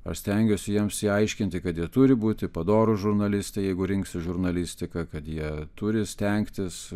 aš stengiuosi jiems įaiškinti kad jie turi būti padorūs žurnalistai jeigu rinksis žurnalistiką kad jie turi stengtis